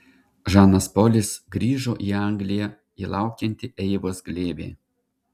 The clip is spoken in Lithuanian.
žanas polis grįžo į angliją į laukiantį eivos glėbį